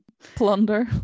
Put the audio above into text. Plunder